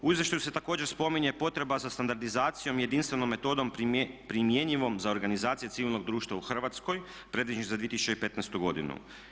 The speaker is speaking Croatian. U izvještaju se također spominje potreba za standardizacijom i jedinstvenom metodom primjenjivom za organizacije civilnog društva u Hrvatskoj predviđenoj za 2015. godinu.